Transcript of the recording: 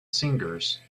singers